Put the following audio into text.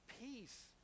Peace